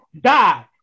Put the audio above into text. die